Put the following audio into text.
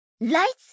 lights